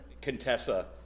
Contessa